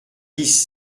dix